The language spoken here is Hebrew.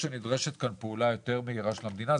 שנדרשת כאן פעולה יותר מהירה של המדינה.